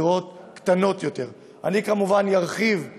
וכן דירות קטנות שיהיו חלק מהתמהיל